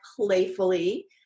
playfully